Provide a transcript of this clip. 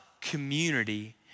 community